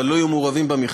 אבל לא יהיו מעורבים במכרז,